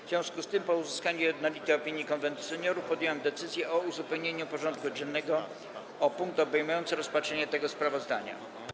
W związku z tym, po uzyskaniu jednolitej opinii Konwentu Seniorów, podjąłem decyzję o uzupełnieniu porządku dziennego o punkt obejmujący rozpatrzenie tego sprawozdania.